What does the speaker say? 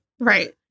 Right